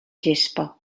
gespa